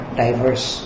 diverse